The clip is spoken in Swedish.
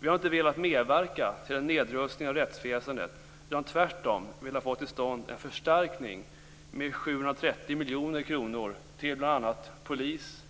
Vi har inte velat medverka till en nedrustning av rättsväsendet utan tvärtom velat få till stånd en förstärkning med 730 miljoner kronor till bl.a. polis-,